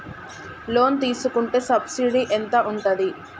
Loan తీసుకుంటే subsidy ఎంత ఉంటది?